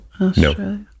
Australia